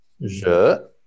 Je